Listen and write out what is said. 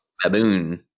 Baboon